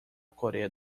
coreia